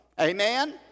Amen